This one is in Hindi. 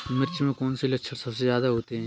मिर्च में कौन से लक्षण सबसे ज्यादा होते हैं?